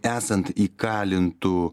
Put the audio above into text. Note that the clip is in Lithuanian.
esant įkalintu